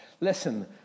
Listen